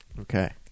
Okay